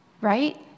right